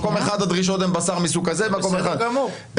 בסדר גמור.